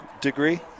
degree